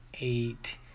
Eight